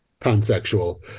pansexual